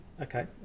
Okay